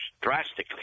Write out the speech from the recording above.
drastically